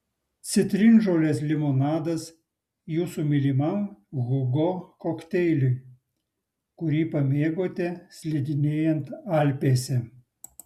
citrinžolės limonadas jūsų mylimam hugo kokteiliui kurį pamėgote slidinėjant alpėse